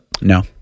No